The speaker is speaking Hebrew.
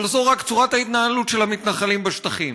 אבל זאת רק צורת ההתנהלות של המתנחלים בשטחים.